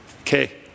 Okay